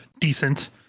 decent